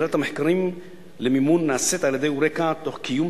ובחירת המקרים למימון נעשית על-ידי "יוריקה" תוך קיום